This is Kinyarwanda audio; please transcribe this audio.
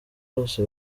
bose